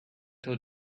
till